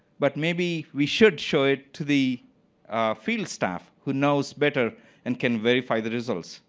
but maybe we should show it to the field staff who knows better and can verify the results?